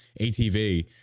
ATV